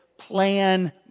plan